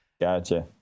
Gotcha